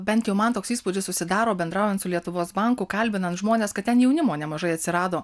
bent jau man toks įspūdis susidaro bendraujant su lietuvos banku kalbinant žmones kad ten jaunimo nemažai atsirado